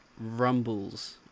rumbles